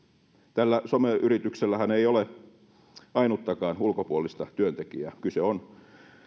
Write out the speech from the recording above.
tällä someyrityksellähän ei ole ainuttakaan ulkopuolista työntekijää kyse on